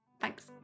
thanks